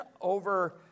over